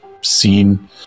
seen